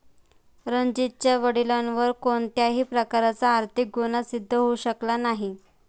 रणजीतच्या वडिलांवर कोणत्याही प्रकारचा आर्थिक गुन्हा सिद्ध होऊ शकला नाही